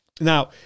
Now